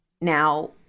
Now